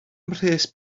mhres